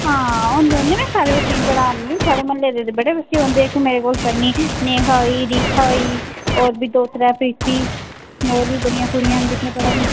हां होंदा नेईं में सारे बच्चें गी पढ़ाऽ नी थुआढ़े म्हल्ले दे ते बड़े बच्चे औंदे इत्थै मेरे कोल पढ़ने ई नेहा होई दीखा होई होर बी दो त्रै प्रीती होर बी बड़ियां कुड़ियां न जेह्कियां पढ़ै दियां